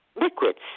liquids